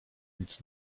nic